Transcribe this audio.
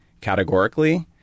categorically